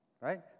Right